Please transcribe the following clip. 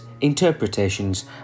interpretations